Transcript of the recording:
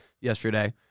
yesterday